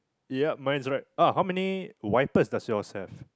yeah mine's right ah how many wipers does yours have